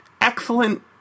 excellent